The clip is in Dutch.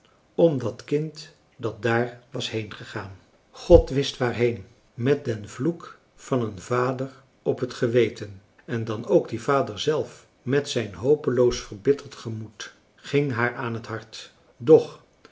om dat kind dat daar was heengegaan god wist waarheen met den vloek van een vader op het geweten en dan ook die vader zelf met zijn hopeloos verbitterd gemoed ging haar aan het hart doch